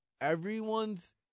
everyone's